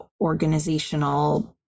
organizational